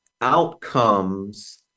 outcomes